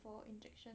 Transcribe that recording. for injection